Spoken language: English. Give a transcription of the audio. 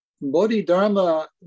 Bodhidharma